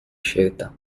scelta